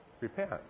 repent